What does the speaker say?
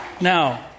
Now